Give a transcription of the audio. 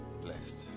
blessed